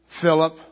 Philip